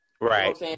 Right